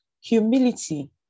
Humility